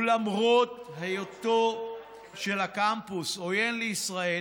ולמרות היותו של הקמפוס עוין לישראל